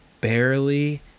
barely